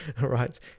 Right